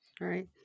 right